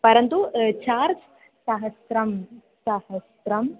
परन्तु चार्ज् सहस्रं सहस्रम्